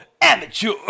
amateur